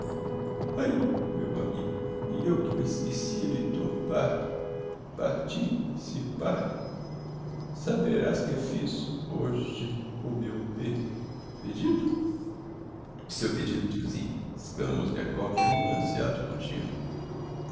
ai meu amigo e eu que me esquecia de t'o par parti cipar saberás que fiz ho je o meu pe pedido o seu pedido tiozinho exclama mozgliakov animando se acto continuo